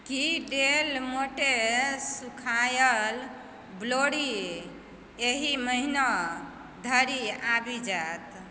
की Del Monte सूखाएल ब्लोरी एहि महना धरि आबि जाएत